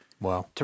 Wow